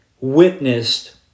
witnessed